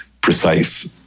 precise